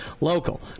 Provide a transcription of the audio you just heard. local